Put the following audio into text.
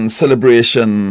celebration